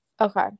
Okay